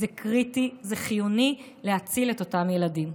זה קריטי, זה חיוני כדי להציל את אותם ילדים.